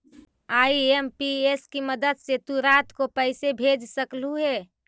IMPS की मदद से तु रात को पैसे भेज सकलू हे